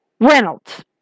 Reynolds